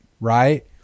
right